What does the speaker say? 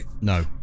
No